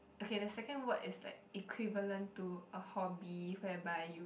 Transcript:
okay the second word is like equivalent to a hobby whereby you